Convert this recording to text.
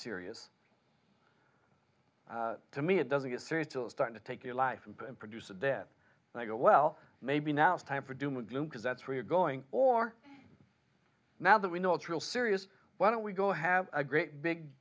serious to me it doesn't get serious jail time to take your life and produce a death like oh well maybe now it's time for doom and gloom because that's where you're going or now that we know it's real serious why don't we go have a great big